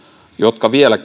jotka vielä